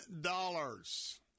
dollars